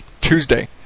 Tuesday